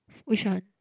which one